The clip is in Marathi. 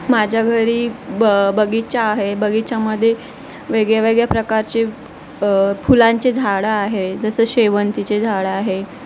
माझ्या घरी ब बगीचा आहे बगीचामध्ये वेगळ्यावेगळ्या प्रकारचे फुलांचे झाडं आहे जसं शेवंतीचे झाडं आहे